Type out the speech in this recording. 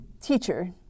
Teacher